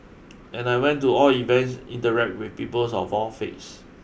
and I went to all events interact with peoples of all faiths